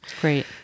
Great